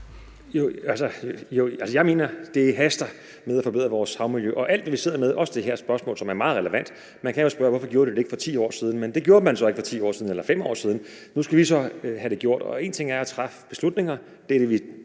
Jeg mener, det haster med at forbedre vores havmiljø, og til alt, hvad vi sidder med, også det her spørgsmål, som er meget relevant, kan man jo spørge: Hvorfor gjorde man det ikke for 10 år siden? Men det gjorde man så ikke for 10 år siden eller 5 år siden. Nu skal vi så have det gjort, og det er én ting at træffe beslutninger – det er det, vi drøfter